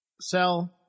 Sell